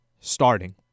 starting